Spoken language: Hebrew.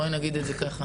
בואי נגיד את זה ככה.